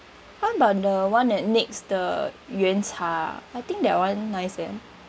how about the [one] at next the 鸳茶 ah I think that one nice eh